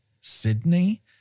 Sydney